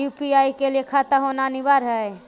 UPI के लिए खाता होना अनिवार्य है?